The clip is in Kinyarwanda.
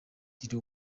lil